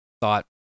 thought